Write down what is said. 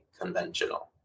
conventional